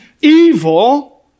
evil